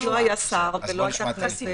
לא היה שר ולא היתה כנסת.